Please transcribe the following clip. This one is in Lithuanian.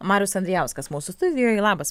marius andrijauskas mūsų studijoje labas